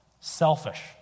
selfish